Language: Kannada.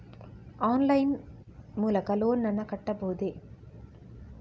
ಆನ್ಲೈನ್ ಲೈನ್ ಮೂಲಕ ಲೋನ್ ನನ್ನ ಕಟ್ಟಬಹುದೇ?